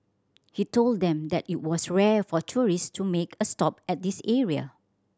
he told them that it was rare for tourist to make a stop at this area